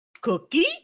Cookie